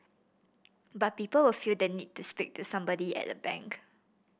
but people feel the need to speak to somebody at a bank